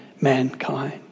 mankind